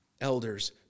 elders